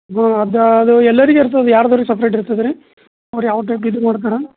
ಹಾಂ ಅದು ಅದು ಎಲ್ಲರಿಗೆ ಇರ್ತದೆ ಯಾರದಾರು ಸಪ್ರೇಟ್ ಇರ್ತದೆ ರೀ ಅವ್ರು ಯಾವ ಟೈಪ್ ಇದು ಮಾಡ್ತಾರೆ